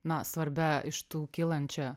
na svarbia iš tų kylančia